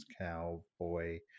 Cowboy